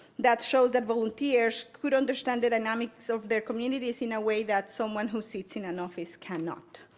that shows that volunteers could understand the dynamics of their communities in a way that someone who sits in an office cannot.